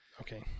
Okay